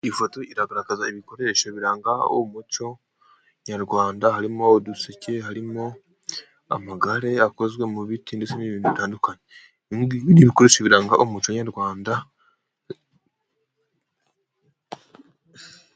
Iyi foto iragaragaza ibikoresho biranga umuco, nyarwanda harimo uduseke, harimo amagare akozwe mu biti, ndetse n'ibintu bitandukanye. Ibindi ni Ibikoresho biranga umuco nyarwanda.